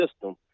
system